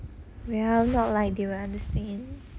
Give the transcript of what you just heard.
well not like they will understand